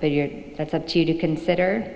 that's up to you to consider